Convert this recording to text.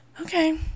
okay